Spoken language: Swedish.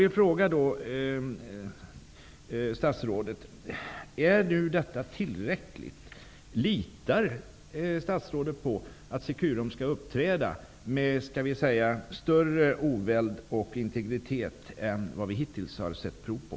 Litar statsrådet på att Securum kommer att uppträda med, låt oss säga, större oväld och integritet än man hittills visat prov på?